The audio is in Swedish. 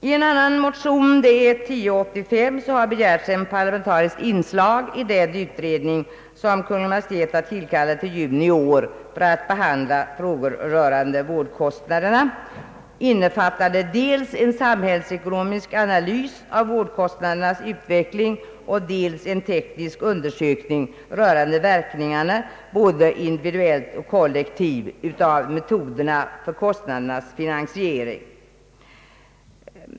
I en annan motion, I: 1085, har begärts ett parlamentariskt inslag i den utredning som Kungl. Maj:t tillkallade i juni i år för att behandla frågor om vårdkostnaderna, innefattande dels en samhällsekonomisk analys av vårdkostnadernas utveckling, dels en teknisk undersökning rörande verkningarna, både individuellt och kollektivt, av metoderna för kostnadernas finansiering.